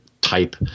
type